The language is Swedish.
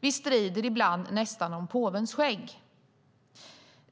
Vi strider ibland nästan om påvens skägg.